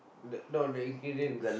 the no the ingredients